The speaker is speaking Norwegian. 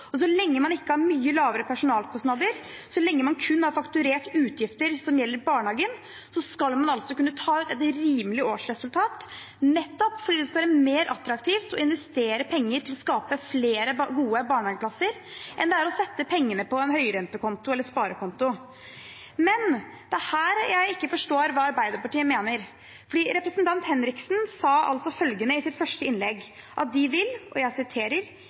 Så lenge man ikke har mye lavere personalkostnader, så lenge man kun har fakturert utgifter som gjelder barnehagen, skal man altså kunne ta ut et rimelig årsresultat, nettopp for at det skal være mer attraktivt å investere penger i å skape flere gode barnehageplasser enn å sette pengene på en høyrentekonto eller sparekonto. Det er her jeg ikke forstår hva Arbeiderpartiet mener. Representanten Henriksen sa i sitt første innlegg at de vil «hindre profitt, men uten å ramme små og